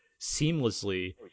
seamlessly